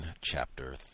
chapter